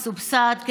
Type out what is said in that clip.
מסובסד,